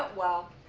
ah well